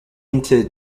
into